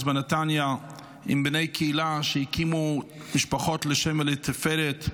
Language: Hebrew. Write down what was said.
בנתניה עם בני קהילה שהקימו משפחות לשם ולתפארת.